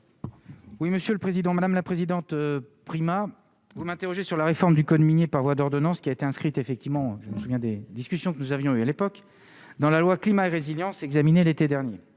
Oui, monsieur le président, madame la présidente, Prima, vous m'interrogez sur la réforme du code minier par voie d'ordonnance, qui a été inscrite, effectivement, je me souviens de discussions que nous avions eu à l'époque dans la loi climat et résilience examiner l'été dernier,